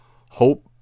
hope